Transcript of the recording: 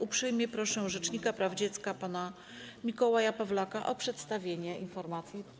Uprzejmie proszę rzecznika praw dziecka pana Mikołaja Pawlaka o przedstawienie informacji.